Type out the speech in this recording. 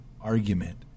argument